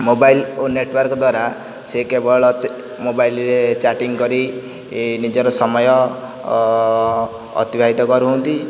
mobile ଓ network ଦ୍ୱାରା ସେ କେବଳ ମୋବାଇଲରେ ଚାଟିଂ କରି ନିଜର ସମୟ ଅତିବାହିତ କରୁଛନ୍ତି